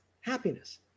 happiness